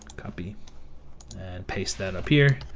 copy and paste that up here,